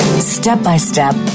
step-by-step